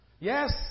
Yes